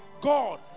God